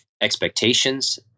expectations